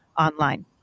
online